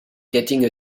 getting